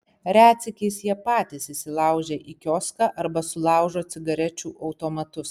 retsykiais jie patys įsilaužia į kioską arba sulaužo cigarečių automatus